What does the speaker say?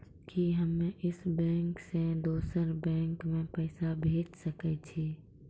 कि हम्मे इस बैंक सें दोसर बैंक मे पैसा भेज सकै छी?